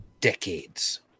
decades